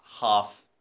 half